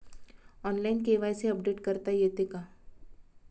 Online KYC update करता येते का?